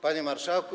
Panie Marszałku!